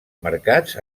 mercats